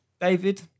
David